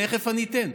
תכף אני אתן.